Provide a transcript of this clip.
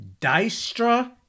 dystra